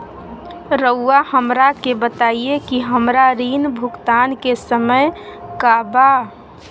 रहुआ हमरा के बताइं कि हमरा ऋण भुगतान के समय का बा?